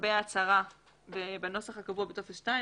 לגבי ההצהרה בנוסח הקבוע בטופס 2,